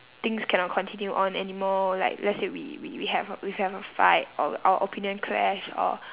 things cannot continue on anymore like let's say we we we have a we have a fight or our opinion clash or